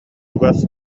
чугас